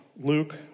Luke